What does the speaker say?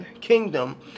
kingdom